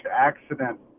accident